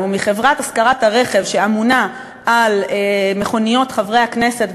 מחברת השכרת הרכב שממונה על מכוניות חברי הכנסת,